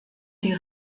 die